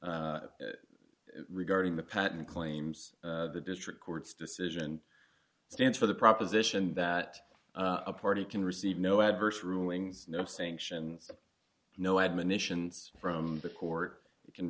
regarding the patent claims the district court's decision stands for the proposition that a party can receive no adverse ruling no sanction no admonitions from the court you can